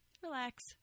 relax